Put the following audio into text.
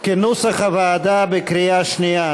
כנוסח הוועדה, בקריאה שנייה.